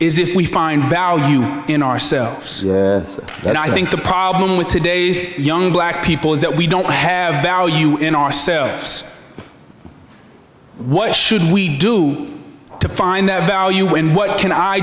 is if we find value in ourselves and i think the problem with today's young black people is that we don't have value in ourselves why should we do to find that value when what can i